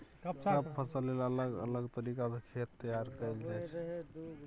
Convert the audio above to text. सब फसल लेल अलग अलग तरीका सँ खेत तैयार कएल जाइ छै